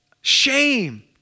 shame